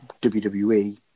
WWE